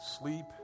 sleep